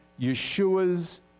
Yeshua's